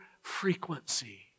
frequency